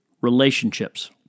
relationships